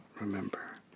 remember